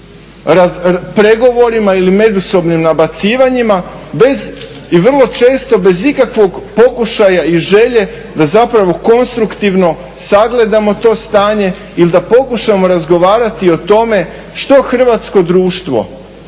pregovorima ili međusobnim nabacivanjima bez, i vrlo često bez ikakvog pokušaja i želje da zapravo konstruktivno sagledamo to stanje ili da pokušamo razgovarati i o tome što hrvatsko društvo,